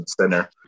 center